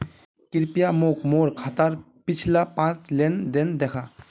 कृप्या मोक मोर खातात पिछला पाँच लेन देन दखा